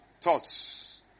thoughts